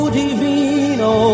divino